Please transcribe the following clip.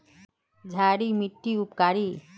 क्षारी मिट्टी उपकारी?